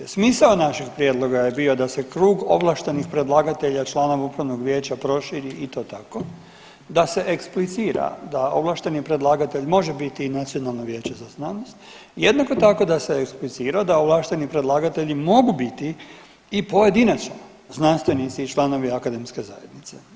Smisao naših prijedloga je bio da se krug ovlaštenih predlagatelja članova upravnog vijeća proširi i to tako da se eksplicira da ovlašteni predlagatelj može biti i Nacionalno vijeće za znanost i jednako tako da se eksplicira da ovlašteni predlagatelji mogu biti i pojedinačno znanstvenici i članovi akademske zajednice.